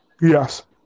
Yes